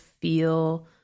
feel